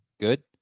Good